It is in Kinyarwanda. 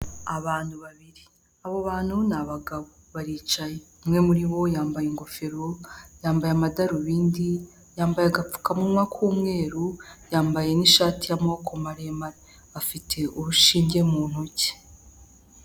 Abantu babiri abo bantu ni abagabo baricaye, umwe muri bo yambaye ingofero yambaye amadarubindi yambaye agapfukamunwa k'umweru, yambaye n'ishati y'amaboko maremare afite urushinge mu ntoki.